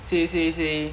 say say say